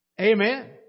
Amen